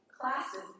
classes